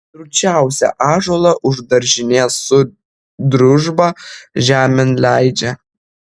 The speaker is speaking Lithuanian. drūčiausią ąžuolą už daržinės su družba žemėn leidžia